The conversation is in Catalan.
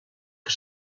que